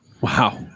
Wow